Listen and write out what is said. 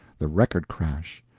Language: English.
the record crash,